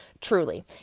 truly